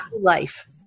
life